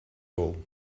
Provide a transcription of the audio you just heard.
all